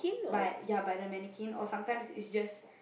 by ya by the mannequin or sometimes is just